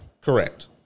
Correct